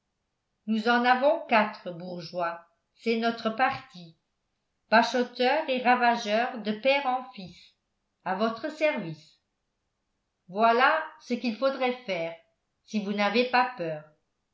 nous en avons quatre bourgeois c'est notre partie bachoteurs et ravageurs de père en fils à votre service voilà ce qu'il faudrait faire si vous n'avez pas peur